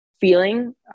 feeling